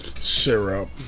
syrup